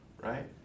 Right